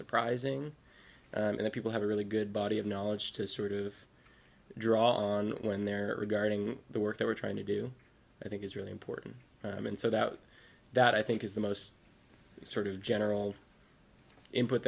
surprising and people have a really good body of knowledge to sort of draw on when they're regarding the work that we're trying to do i think is really important and so that that i think is the most sort of general input